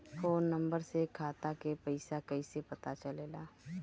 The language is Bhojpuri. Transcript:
फोन नंबर से खाता के पइसा कईसे पता चलेला?